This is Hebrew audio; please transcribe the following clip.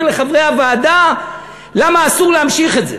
לחברי הוועדה למה אסור להמשיך את זה.